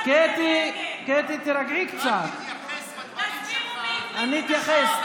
אני אתייחס.